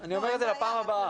אני אומר את זה לפעם הבאה.